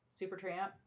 Supertramp